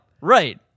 Right